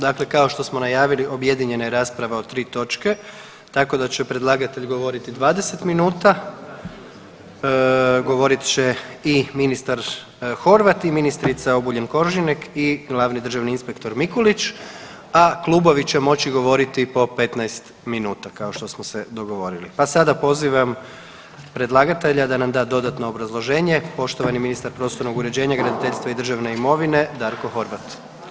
Dakle, kao što smo najavili, objedinjena je rasprava o tri točke, tako da će predlagatelj govoriti 20 minuta, govorit će i ministar Horvat i ministrica Obuljen-Koržinek i glavni državni inspektor Mikulić, a klubovi će moći govoriti po 15 minuta, kao što smo se dogovorili, pa sada pozivam predlagatelja da nam da dodatno obrazloženje, poštovani ministar prostornog uređenja, graditeljstva i državne imovine, Darko Horvat.